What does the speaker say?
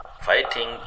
Fighting